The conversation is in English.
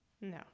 No